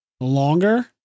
longer